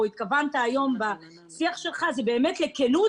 התכוונת היום בשיח שלך הוא באמת לכנות,